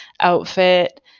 outfit